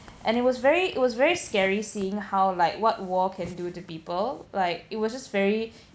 and it was very it was very scary seeing how like what war can do to people like it was just very